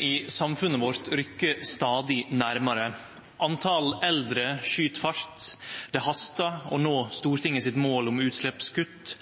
i samfunnet vårt rykkjer stadig nærmare. Talet på eldre skyt fart. Det hastar å nå Stortingets mål om utsleppskutt.